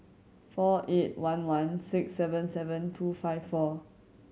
four eight one one six seven seven two five four